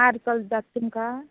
हार चल जाता तुमकां